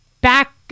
back